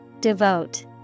Devote